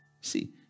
see